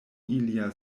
ilia